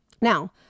Now